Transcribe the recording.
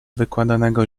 wykładanego